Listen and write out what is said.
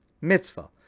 mitzvah